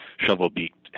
shovel-beaked